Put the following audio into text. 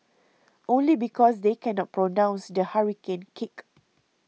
only because they cannot pronounce the hurricane kick